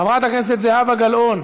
חברת הכנסת זהבה גלאון,